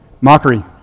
mockery